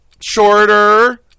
Shorter